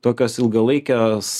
tokios ilgalaikės